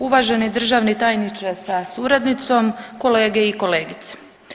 Uvaženi državni tajniče sa suradnicom, kolegice i kolege.